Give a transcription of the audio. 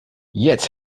jetzt